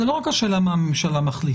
זה לא רק השאלה מה הממשלה מחליטה,